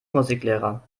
musiklehrer